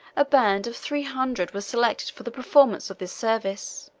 a band of three hundred were selected for the performance of this service.